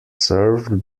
served